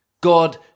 God